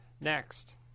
Next